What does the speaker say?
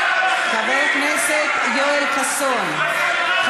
חבר הכנסת יואל חסון, מה זה הדבר הזה?